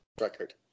record